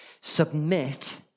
Submit